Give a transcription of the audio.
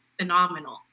phenomenal